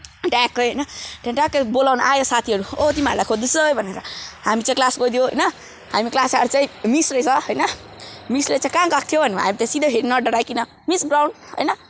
ट्याक्कै होइन त्यहाँनिर ट्याक्कै बोलाउन आयो साथीहरू ओ तिमीहरूलाई खेज्दैछ है भनेर हामी चाहिँ क्लास गइदियो होइन हामी क्लास आएर चाहिँ मिस रहेछ होइन मिसले चाहिँ कहाँ गएको थियौ भन्नुभयो हामी त सिधै नडराइकन मिस ग्राउन्ड होइन